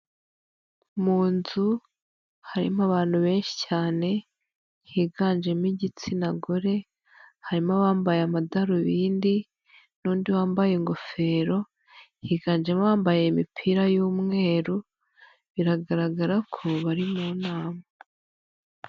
Mu nzu harimo abantu benshi cyane higanjemo igitsina gore harimo abambaye amadarubindi n'undi wambaye ingofero, higanjemo abambaye imipira y'umweru biragaragara ko bari mu nama.